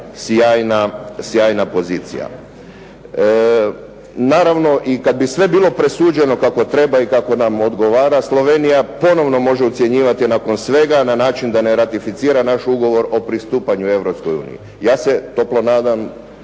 sjajna pozicija. Naravno, i kad bi sve bilo presuđeno kako treba i kako nam odgovara Slovenija ponovno može ucjenjivati nakon svega na način da ne ratificira naš ugovor o pristupanju Europskoj uniji. Ja se toplo nadam